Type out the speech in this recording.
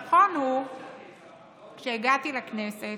נכון הוא שכשהגעתי לכנסת,